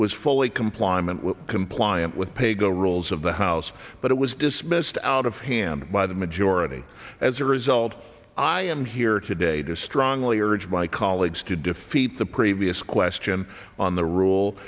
was fully compliant compliant with paygo rules of the house but it was dismissed out of hand by the majority as a result i am here today to strongly urge my colleagues to defeat the previous question on the rule